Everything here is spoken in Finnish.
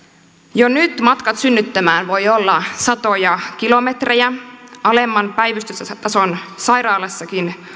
jo nyt matkat synnyttämään voivat olla satoja kilometrejä alemman päivystystason sairaalassakin